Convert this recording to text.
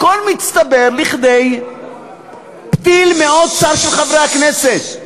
הכול מצטבר לכדי פתיל מאוד צר של חברי הכנסת.